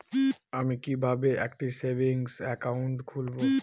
আমি কিভাবে একটি সেভিংস অ্যাকাউন্ট খুলব?